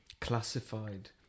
classified